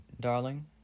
darling